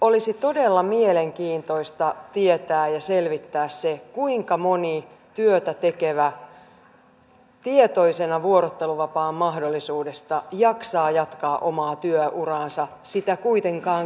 olisi todella mielenkiintoista tietää ja selvittää se kuinka moni työtä tekevä tietoisena vuorotteluvapaan mahdollisuudesta jaksaa jatkaa omaa työuraansa sitä kuitenkaan käyttämättä